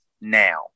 now